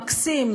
מקסים,